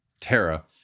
Tara